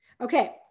Okay